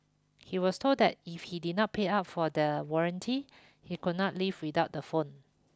he was told that if he did not pay up for the warranty he could not leave without the phone